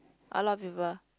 a lot of people